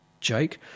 Jake